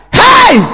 hey